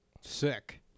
Sick